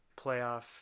playoff